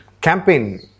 campaign